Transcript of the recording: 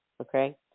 okay